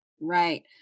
Right